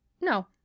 No